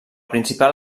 principal